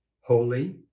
holy